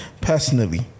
personally